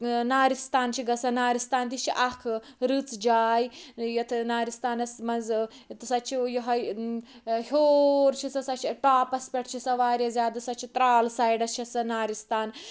نارِستان چھِ گَژھان نارِستان تہِ چھِ اکھ رٕژ جاے یتھ نارِستانَس مَنٛز سۄ چھِ یہٕے ہیٚور چھِ سۄ سۄ چھِ ٹاپَس پیٹھ چھِ سۄ واریاہ زیادٕ سۄ چھِ ترال سایڈَس چھِ سۄ نارِستان